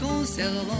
conservant